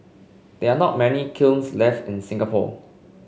there are not many kilns left in Singapore